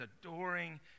adoring